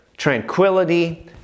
tranquility